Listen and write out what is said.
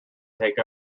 take